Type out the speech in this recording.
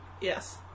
Yes